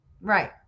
Right